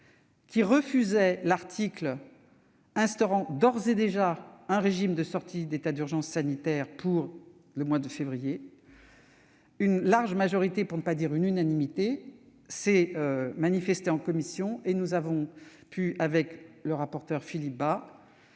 à refuser l'article instaurant d'ores et déjà un régime de sortie d'état d'urgence sanitaire pour le mois de février. Une large majorité, pour ne pas dire unanimité, s'est manifestée en commission et nous avons pu, avec le rapporteur Philippe Bas,